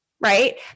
right